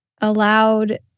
allowed